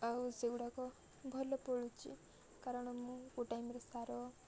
ଆଉ ସେଗୁଡ଼ାକ ଭଲ ଫଳୁଛି କାରଣ ମୁଁ କେଉଁ ଟାଇମ୍ରେ ସାର